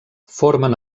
formen